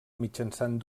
mitjançant